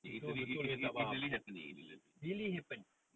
it's it's it's it's it's really happening it's really happening